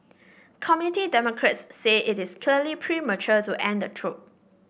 committee Democrats say it is clearly premature to end the probe